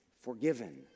Forgiven